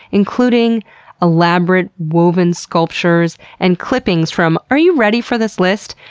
including elaborate woven sculptures and clippings from are you ready for this list?